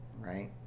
right